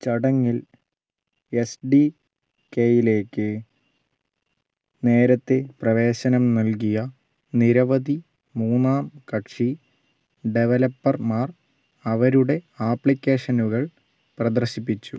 ചടങ്ങിൽ S D കെയിലേക്ക് നേരത്തെ പ്രവേശനം നൽകിയ നിരവധി മൂന്നാം കക്ഷി ഡെവലപ്പർമാർ അവരുടെ ആപ്ലിക്കേഷനുകൾ പ്രദർശിപ്പിച്ചു